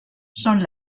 son